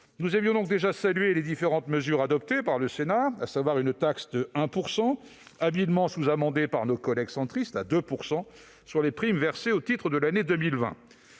Nous avions déjà salué les différentes mesures adoptées par le Sénat, à commencer par la taxe de 1 %, habilement sous-amendée par nos collègues centristes pour être portée à 2 %, sur les primes versées au titre de l'année 2020.